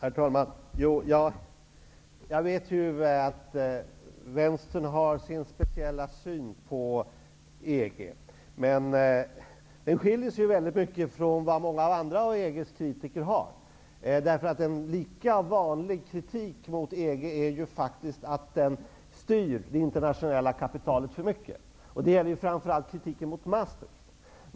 Herr talman! Jag vet att Vänstern har sin speciella syn på EG. Men den skiljer sig väldigt mycket från den syn som många andra av EG:s kritiker har. En lika vanlig kritik mot EG är faktiskt att Gemenskapen styr det internationella kapitalet för mycket. Det gäller framför allt Maastrichtavtalet.